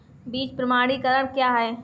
बीज प्रमाणीकरण क्या है?